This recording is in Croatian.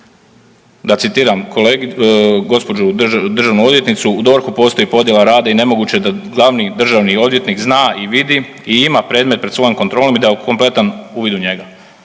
da citiram gospođu državnu odvjetnicu „U DORH-u postoji podjela rada i nemoguće da glavni državni odvjetnik zna i vidi i ima predmet pred svojom kontrolom i da kompletan uvid u njega“.